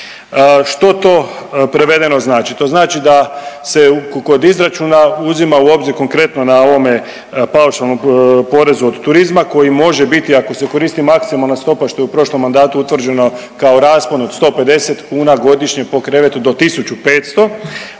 Što to prevedeno znači? To znači da se kod izračuna uzima u obzir konkretno na ovome paušalnom porezu od turizma koji može biti ako se koristi maksimalna stopa što je u prošlom mandatu utvrđeno kao raspon od 150 kn, godišnje po krevetu do 1.500, ono